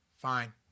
fine